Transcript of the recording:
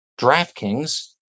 DraftKings